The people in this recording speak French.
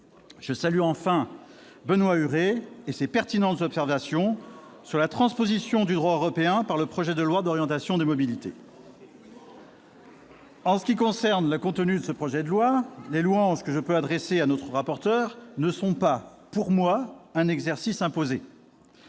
Je salue enfin Benoît Huré et ses pertinentes observations sur la transposition du droit européen par ce projet de loi d'orientation des mobilités. En ce qui concerne le contenu de ce texte, les louanges adressées à notre rapporteur ne sont pas un exercice imposé.